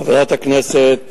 חברת הכנסת